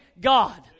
God